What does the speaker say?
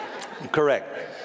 Correct